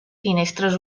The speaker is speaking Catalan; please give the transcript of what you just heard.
finestres